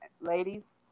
Ladies